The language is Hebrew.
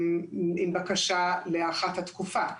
עם בקשה להארכת התקופה,